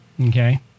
okay